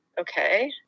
okay